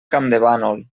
campdevànol